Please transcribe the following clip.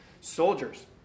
soldiers